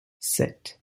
sept